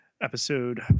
episode